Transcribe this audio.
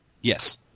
Yes